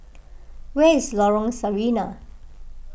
where is Lorong Sarina